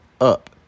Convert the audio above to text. up